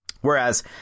Whereas